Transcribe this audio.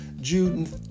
Jude